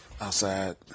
outside